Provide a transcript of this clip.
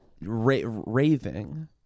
raving